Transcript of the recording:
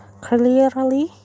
clearly